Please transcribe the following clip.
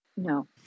No